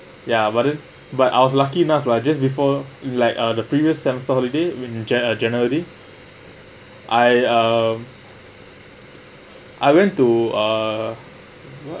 yeah but then but I was lucky enough lah just before like uh the previous sem~ holiday in jan~ uh january I uh I went to uh what